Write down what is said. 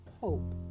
hope